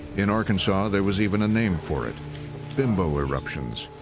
in arkansas, there was even a name for it bimbo eruptions.